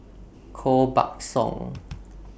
Koh Buck Song